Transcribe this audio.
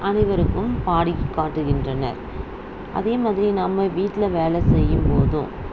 அனைவருக்கும் பாடி காட்டுகின்றனர் அதே மாதிரி நம்ம வீட்டில் வேலை செய்யும்போதும்